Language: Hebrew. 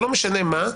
לא משנה מה,